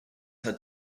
had